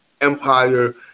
empire